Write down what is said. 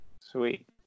Sweet